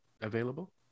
available